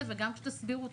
וגם כשתסבירו,